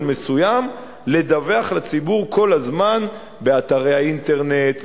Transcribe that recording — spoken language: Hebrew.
מסוים לדווח לציבור כל הזמן באתרי האינטרנט,